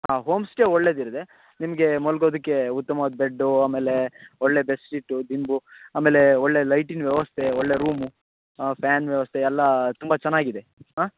ಹಾಂ ಹೋಮ್ಸ್ಟೇ ಒಳ್ಳೆಯದಿದೆ ನಿಮಗೆ ಮಲ್ಗೋದಕ್ಕೆ ಉತ್ತಮವಾದ ಬೆಡ್ಡೂ ಆಮೇಲೆ ಒಳ್ಳೆಯ ಬೆಡ್ಶೀಟು ದಿಂಬು ಆಮೇಲೆ ಒಳ್ಳೆಯ ಲೈಟಿನ ವ್ಯವಸ್ಥೆ ಒಳ್ಳೆಯ ರೂಮು ಫ್ಯಾನ್ ವ್ಯವಸ್ಥೆ ಎಲ್ಲ ತುಂಬ ಚೆನ್ನಾಗಿದೆ ಆಂ